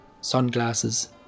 Sunglasses